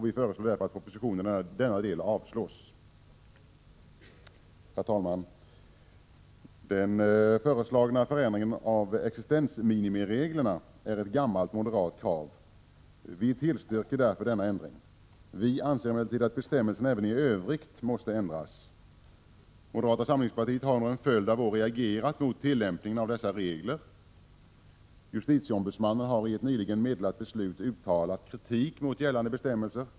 Vi föreslår därför att hemställan i betänkandet med anledning av denna del i propositionen avslås. Herr talman! Den föreslagna ändringen av existensminimireglerna är ett gammalt moderat krav. Vi tillstyrker därför denna ändring. Vi anser emellertid att bestämmelserna även i övrigt måste ändras. Moderata samlingspartiet har under en följd av år reagerat mot tillämpningen av dessa regler. Justitieombudsmannen har i ett nyligen meddelat beslut uttalat kritik mot gällande bestämmelser.